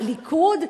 הליכוד,